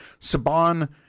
Saban